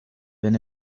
than